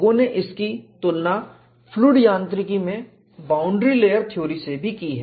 लोगों ने इसकी तुलना फ्लुड यांत्रिकी में बाउंड्री लेयर थ्योरी से भी की है